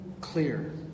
clear